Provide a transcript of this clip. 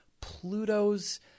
Pluto's